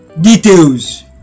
Details